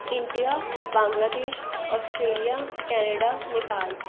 India Bangladesh Australia Canada Nepal